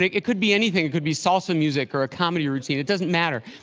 it it could be anything. it could be salsa music or a comedy routine it doesn't matter.